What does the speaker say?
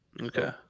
Okay